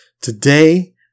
Today